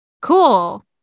Cool